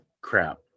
crap